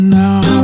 now